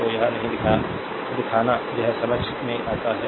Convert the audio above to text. तो यह नहीं दिखाना यह समझ में आता है यह समझ में आता है